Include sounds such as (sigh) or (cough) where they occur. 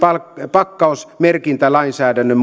pakkausmerkintälainsäädännön (unintelligible)